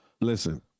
Listen